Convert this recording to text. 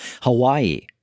Hawaii